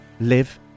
live